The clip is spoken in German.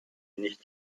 nicht